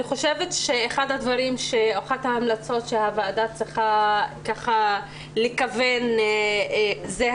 אני חושבת שאחת ההמלצות שהוועדה צריכה לכוון אליה הוא